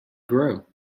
grow